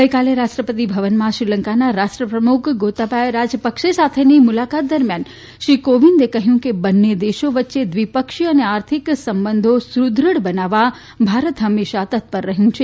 ગઇકાલે રાષ્ટ્રપતિ ભવનમાં શ્રીલંકાના રાષ્ટ્રપ્રમુખ ગોતાબાયા રાજપક્ષે સાથેની મુલાકાત દરમિયાન શ્રી કોવિંદે કહયું કે બંને દેશો વચ્ચે દ્વિપક્ષીય અને આર્થિક સંબંધો સુદૃઢ બનાવવા ભારત હંમેશા તત્પર રહયું છે